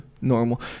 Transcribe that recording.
normal